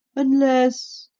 unless,